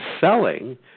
selling